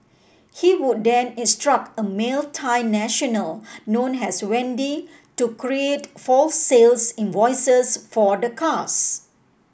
he would then instruct a male Thai national known as Wendy to create false sales invoices for the cars